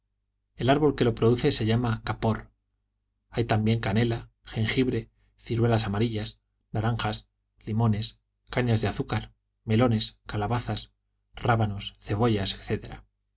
el árbol que lo produce se llama capor hay también canela jengibre ciruelas amarillas naranjas limones cañas de azúcar melones calabazas rábanos cebollas